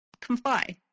comply